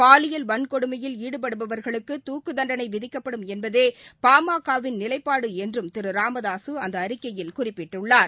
பாலியில் வன்கொடுமையில் ஈடுபடுபவர்களுக்கு துக்குத் தண்டனை விதிக்கப்படும் என்பதே பாமக வின் நிலைப்பாடு என்றும் திரு ராமதாசு அந்த அறிக்கையில் குறிப்பிட்டுள்ளார்